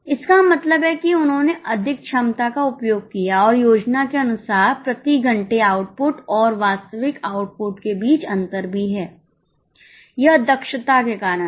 इसका मतलब है कि उन्होंने अधिक क्षमता का उपयोग किया है और योजना के अनुसार प्रति घंटे आउटपुट और वास्तविक आउटपुट के बीच अंतर भी है यह दक्षता के कारण है